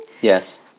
Yes